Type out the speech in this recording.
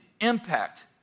impact